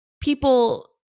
people